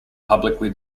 publicly